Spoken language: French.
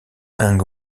ung